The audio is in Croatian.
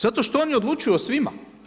Zato što oni odlučuju o svima.